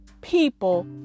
people